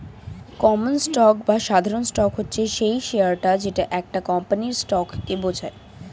common stock বা সাধারণ stock হচ্ছে সেই শেয়ারটা যেটা একটা কোম্পানির স্টককে বোঝায়